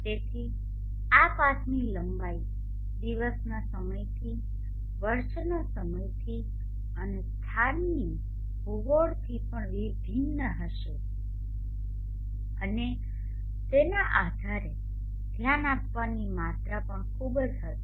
તેથી આ પાથની લંબાઈ દિવસના સમયથી વર્ષના સમયથી અને સ્થાનની ભૂગોળથી પણ ભિન્ન હશે અને તેના આધારે ધ્યાન આપવાની માત્રા પણ ખૂબ જ હતી